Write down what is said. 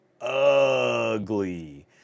ugly